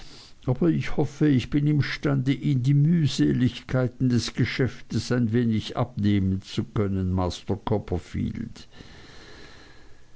aber ich hoffe ich bin imstande ihn die mühseligkeiten des geschäftes ein wenig abnehmen zu können